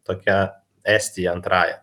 tokia estija antrąja